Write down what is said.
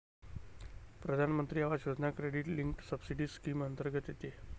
प्रधानमंत्री आवास योजना क्रेडिट लिंक्ड सबसिडी स्कीम अंतर्गत येते